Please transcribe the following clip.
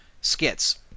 skits